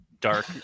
dark